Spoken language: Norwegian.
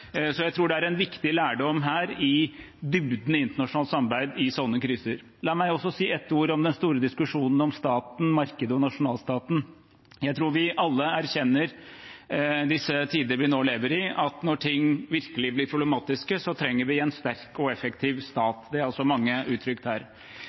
Jeg tror det er en viktig lærdom her i dybden i internasjonalt samarbeid i slike kriser. La meg også si noen ord om den store diskusjonen om staten – markedet og nasjonalstaten. Jeg tror vi alle erkjenner – i disse tider vi nå lever i – at når ting virkelig blir problematiske, trenger vi en sterk og effektiv